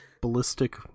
ballistic